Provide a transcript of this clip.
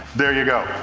there you go.